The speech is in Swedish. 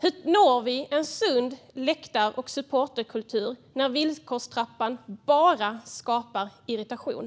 Hur når vi en sund läktar och supporterkultur när villkorstrappan bara skapar irritation?